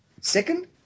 Second